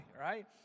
right